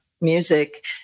Music